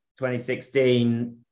2016